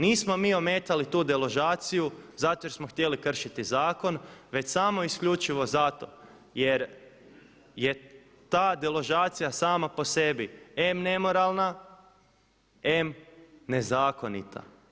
Nismo mi ometali tu deložaciju zato jer smo htjeli kršiti zakon već samo isključivo zato jer je ta deložacija sama po sebi em nemoralna em nezakonita.